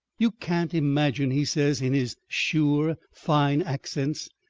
you can't imagine, he says in his sure, fine accents,